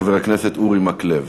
חבר הכנסת אורי מקלב.